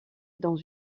dans